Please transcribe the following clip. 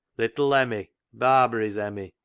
little emmie barbary's emmie,